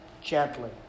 Gently